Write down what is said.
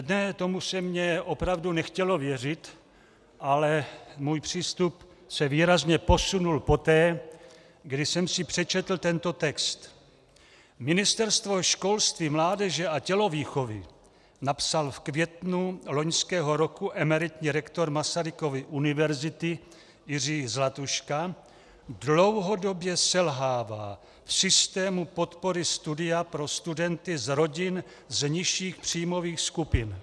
Ne, tomu se mně opravdu nechtělo věřit, ale můj přístup se výrazně posunul poté, kdy jsem si přečetl tento text: Ministerstvo školství, mládeže a tělovýchovy, napsal v květnu loňského roku emeritní rektor Masarykovy univerzity Jiří Zlatuška, dlouhodobě selhává v systému podpory studia pro studenty z rodin z nižších příjmových skupin.